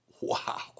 Wow